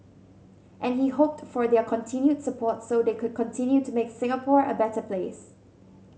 and he hoped for their continued support so they could continue to make Singapore a better place